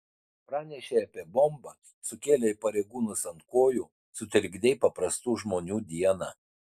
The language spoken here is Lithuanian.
pranešei apie bombą sukėlei pareigūnus ant kojų sutrikdei paprastų žmonių dieną